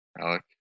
Alec